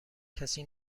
کسی